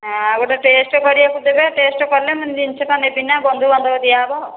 ଆଉ ଗୋଟେ ଟେଷ୍ଟ କରିବାକୁ ଦେବେ ଟେଷ୍ଟ କଲେ ମୁଁ ଜିନଷଟା ନେବିନା ବନ୍ଧୁବାନ୍ଧବ ଦିଆହେବ